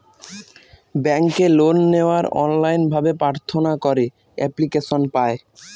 ব্যাঙ্কে লোন নেওয়ার অনলাইন ভাবে প্রার্থনা করে এপ্লিকেশন পায়